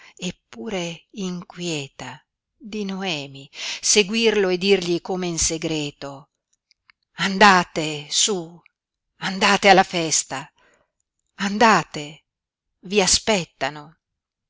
eppure inquieta di noemi seguirlo e dirgli come in segreto andate su andate alla festa andate vi aspettano